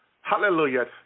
Hallelujah